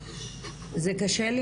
זה קשה לי